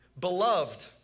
Beloved